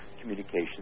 communications